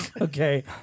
Okay